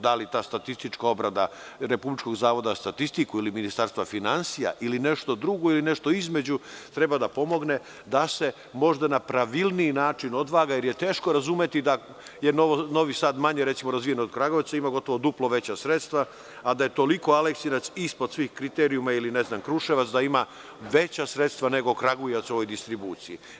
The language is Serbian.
Da li ta statistička obrada Republičkog zavoda za statistiku ili Ministarstva finansija ili nešto drugo ili nešto između treba da pomogne da se možda na pravilniji način odvaga, jer je teško razumeti da je Novi Sad manje razvijen od Kragujevca, a ima duplo veća sredstva, a da je toliko Aleksinac ispod svih kriterijuma, ili, recimo, Kruševac ima veća sredstva nego Kragujevac u ovoj distribuciji?